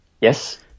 yes